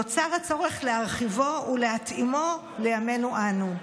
נוצר הצורך להרחיבו ולהתאימו לימינו אנו.